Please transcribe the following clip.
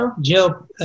Jill